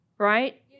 Right